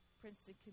Princeton